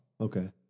okay